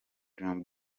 dream